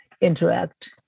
interact